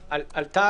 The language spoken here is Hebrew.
במהלך הדיון עלתה